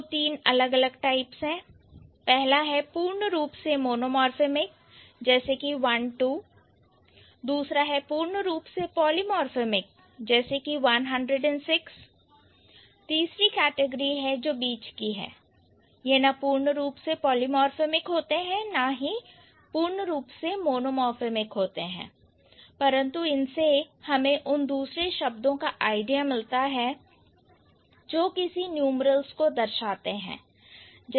तो तीन अलग अलग टाइप्स है पहला है पूर्ण रूप से मोनोमार्फेमिक जैसे कि one two दूसरा है पूर्ण रूप से पॉलीमोर्फेमिक जैसे कि one hundred and six तीसरी कैटेगरी है जो बीच की है यह ना पूर्ण रूप से पॉलीमोर्फेमिक होते हैं और ना ही पूर्ण रूप से मोनोमार्फेमिक होते हैं परंतु इनसे हमें उन दूसरे शब्दों का आईडिया मिलता है जो किसी न्यूमरल्स को दर्शाते हैं